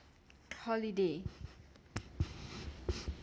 holiday